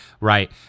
Right